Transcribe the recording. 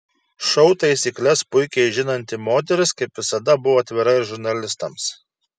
šou taisykles puikiai žinanti moteris kaip visada buvo atvira ir žurnalistams